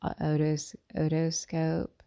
otoscope